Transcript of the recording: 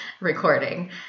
recording